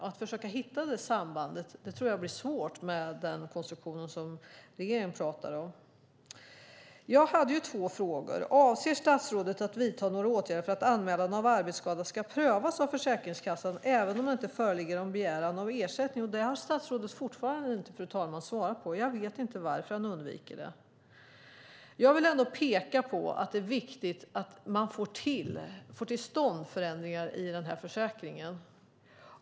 Att då försöka hitta det sambandet tror jag blir svårt med den konstruktion som regeringen talar om. Jag hade två frågor, varav den andra var om statsrådet avser att vidta några åtgärder för att anmälan av arbetsskada ska prövas av Försäkringskassan även om det inte föreligger begäran om ersättning. Det har statsrådet fortfarande inte svarat på, fru talman. Jag vet inte varför han undviker det. Jag vill peka på att det är viktigt att få till stånd förändringar i försäkringen.